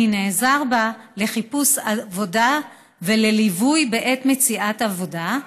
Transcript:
אני נעזר בה לחיפוש עבודה ולליווי בעת מציאת עבודה,